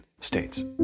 states